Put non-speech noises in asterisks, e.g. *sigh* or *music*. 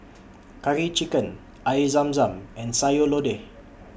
*noise* Curry Chicken Air Zam Zam and Sayur Lodeh *noise*